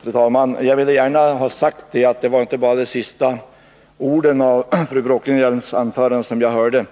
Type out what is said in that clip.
Fru talman! Jag vill gärna ha sagt att det inte var bara de sista orden av fru Bråkenhielms anförande jag hörde.